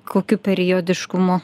kokiu periodiškumu